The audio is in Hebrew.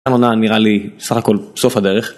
העונה נראה לי סך הכל סוף הדרך